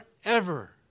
forever